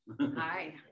Hi